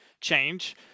change